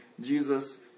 Jesus